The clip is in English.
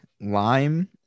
lime